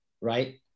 right